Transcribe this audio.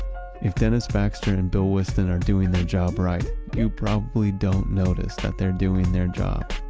if dennis baxter and bill whiston are doing their job right, you probably don't notice that they're doing their job.